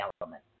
element